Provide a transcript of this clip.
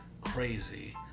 crazy